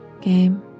game